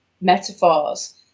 metaphors